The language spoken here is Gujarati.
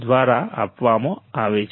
દ્વારા આપવામાં આવે છે